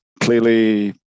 clearly